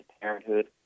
parenthood